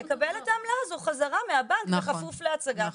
יקבל את העמלה הזו חזרה מהבנק בכפוף להצגת המסמך.